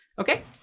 Okay